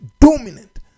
dominant